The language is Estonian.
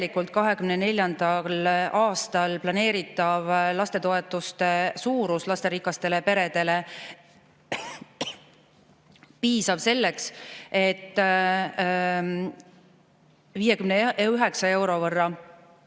2024. aastal planeeritav lastetoetuste suurus lasterikastele peredele piisav selleks, et 59 euro võrra